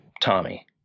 Tommy